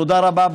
תודה רבה.